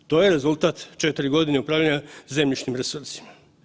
To je rezultat 4 godine upravljanja zemljišnim resursima.